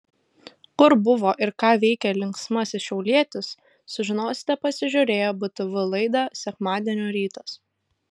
kur buvo ir ką veikė linksmasis šiaulietis sužinosite pasižiūrėję btv laidą sekmadienio rytas